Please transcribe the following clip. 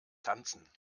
tanzen